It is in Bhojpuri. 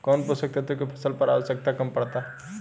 कौन पोषक तत्व के फसल पर आवशयक्ता कम पड़ता?